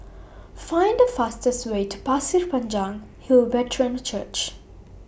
Find The fastest Way to Pasir Panjang Hill Brethren Church